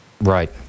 Right